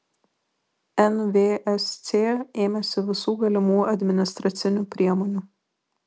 nvsc ėmėsi visų galimų administracinių priemonių